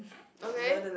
okay